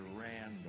ran